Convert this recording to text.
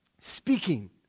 Speaking